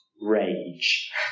rage